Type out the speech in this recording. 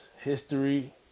history